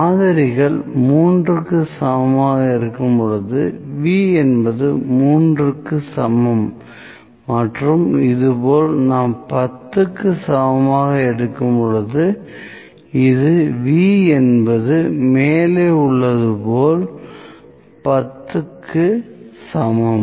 மாதிரிகள் 3 க்கு சமமாக இருக்கும்போது V என்பது 3 க்கு சமம் மற்றும் இதுபோல நாம் 10 க்கு சமமாக எடுக்கும்போது இது V என்பது மேலே உள்ளது போல் 10 க்கு சமம்